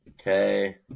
Okay